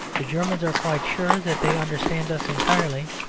the germans are quite sure that they understand us entirely,